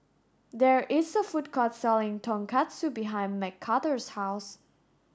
there is a food court selling Tonkatsu behind Mcarthur's house